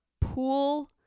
pool